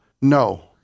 No